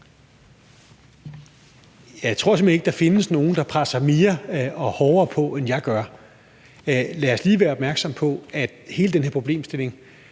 Jeg tror simpelt hen ikke, at der findes nogen, der presser mere eller hårdere på, end jeg gør. Lad os lige være opmærksomme på, at hele den her problemstilling